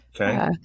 okay